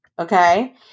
Okay